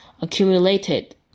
accumulated